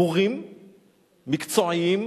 בורים מקצועיים,